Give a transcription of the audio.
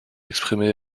exprimée